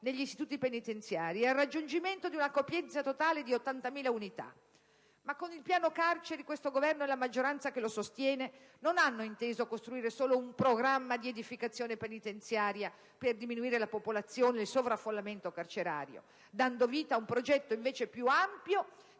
negli istituti penitenziari ed al raggiungimento di una capienza totale di 80.000 unità. Ma col piano carceri questo Governo e la maggioranza che lo sostiene non hanno inteso costruire solo un programma di edificazione penitenziaria per diminuire il sovraffollamento carcerario, dando vita ad un progetto invece più ampio